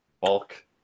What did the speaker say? Bulk